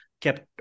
kept